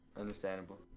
Understandable